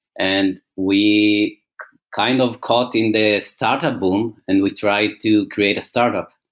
and we kind of caught in the startup boom and we tried to create a startup.